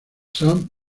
sam